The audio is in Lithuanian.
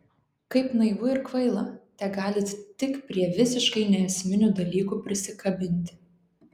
kaip naivu ir kvaila tegalit tik prie visiškai neesminių dalykų prisikabinti